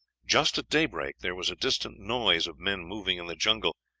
just at daybreak there was a distant noise of men moving in the jungle,